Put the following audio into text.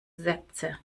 sätze